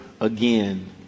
again